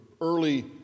early